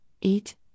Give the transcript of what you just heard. Eat